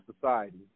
society